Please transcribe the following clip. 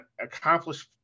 accomplished